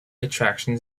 attractions